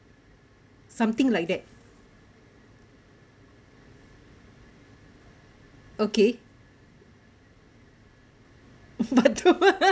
something like that okay but